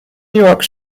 york